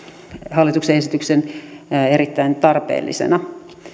hallituksen esityksen erittäin tarpeellisena